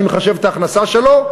אני מחשב את ההכנסה שלו,